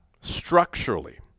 structurally